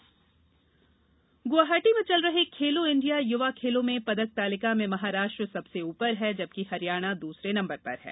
खेलो India Guwahati में चल रहे खेलो इंडिया युवा खेलों में पदक तालिका में महाराष्ट्र सबसे ऊपर है जबकि हरियाणा दूसरे नंबर पर है